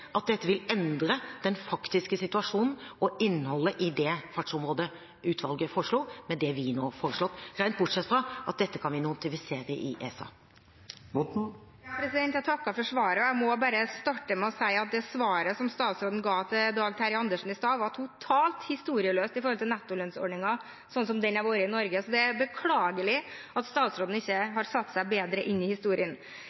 at det vi nå foreslår, vil endre den faktiske situasjonen og innholdet i det fartsområdeutvalget foreslo, rent bortsett fra at dette kan vi notifisere i ESA. Jeg takker for svaret. Jeg må bare starte med å si at det svaret som statsråden ga Dag Terje Andersen i stad, var totalt historieløst med tanke på nettolønnsordningen slik den har vært i Norge. Det er beklagelig at statsråden ikke